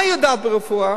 מה היא יודעת ברפואה?